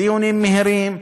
דיונים מהירים,